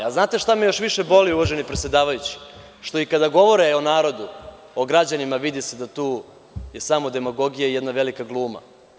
Znate šta me još više boli, uvaženi predsedavajući, što i kada govore o narodu, o građanima, vidi se da je tu samo jedna demagogija i jedna velika gluma.